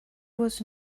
was